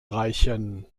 reichen